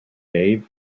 dave